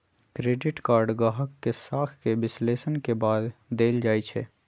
credit card गाहक के साख के विश्लेषण के बाद देल जाइ छइ